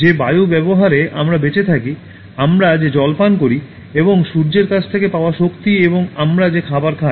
যে বায়ু ব্যবহারে আমরা বেঁচে থাকি আমরা যে জল পান করি এবং সূর্যের কাছ থেকে পাওয়া শক্তি এবং আমরা যে খাবার খাই